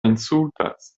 insultas